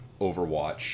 overwatch